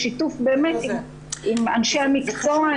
בשיתוף באמת עם אנשי המקצוע,